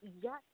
Yes